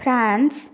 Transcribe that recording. France